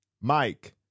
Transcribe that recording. Mike